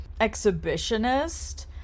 exhibitionist